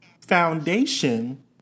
foundation